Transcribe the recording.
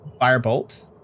Firebolt